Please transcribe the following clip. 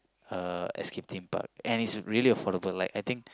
uh Escape-Theme-Park and is really affordable I think